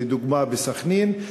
לדוגמה בסח'נין,